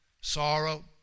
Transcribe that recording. sorrow